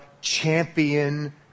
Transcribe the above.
champion